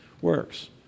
works